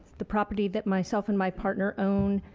the property that myself and my partner own